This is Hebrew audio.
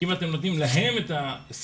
אם אתם נותנים להן את הסיוע,